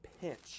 pinch